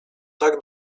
tak